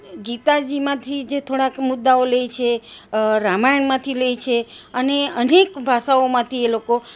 ગીતાજીમાંથી જે થોડાક મુદ્દાઓ લે છે રામાયણમાંથી લે છે અને અનેક ભાષાઓમાંથી એ લોકો